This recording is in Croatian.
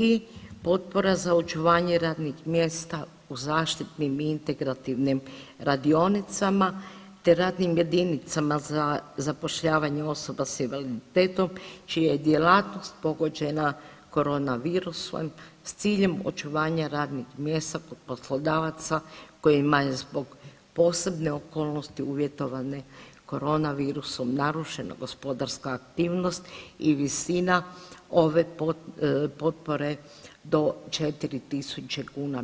I potpora za očuvanje radnih mjesta u zaštitnim i integrativnim radionicama te radnim jedinicama za zapošljavanje osoba s invaliditetom čija je djelatnost pogođena korona virusom s ciljem očuvanja radnih mjesta kod poslodavaca kojima je zbog posebne okolnosti uvjetovane korona virusom narušena gospodarska aktivnost i visina ove potpore do 4.000 kuna